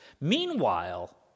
Meanwhile